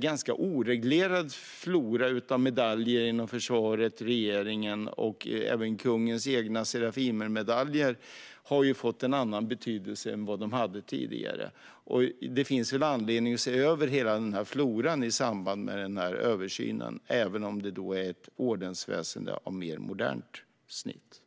ganska oreglerad flora av medaljer inom försvaret och regeringen. Även kungens Serafimerorden har fått en annan betydelse än vad den tidigare hade. Det finns anledning att se över hela denna flora i samband med översynen, även om det är ett ordensväsen av ett mer modernt snitt.